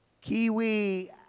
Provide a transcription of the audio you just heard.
kiwi